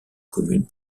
commune